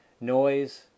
noise